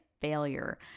failure